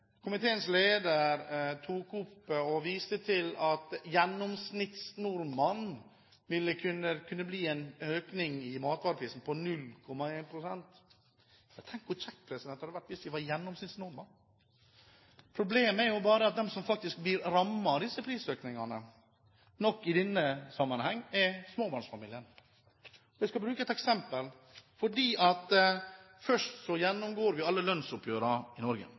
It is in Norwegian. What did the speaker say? Komiteens leder viste til at for gjennomsnittsnordmannen vil det kunne bli en økning i matvareprisen på 0,1 pst. Tenk hvor kjekt det hadde vært hvis vi var gjennomsnittsnordmenn. Problemet er jo bare at de som faktisk blir rammet av prisøkningene i denne sammenheng, er småbarnsfamiliene. Jeg skal bruke et eksempel. Først har vi alle lønnsoppgjørene i Norge.